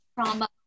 trauma